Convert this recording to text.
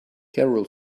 carol